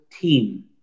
team